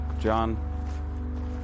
John